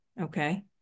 Okay